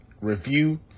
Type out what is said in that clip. review